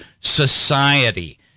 society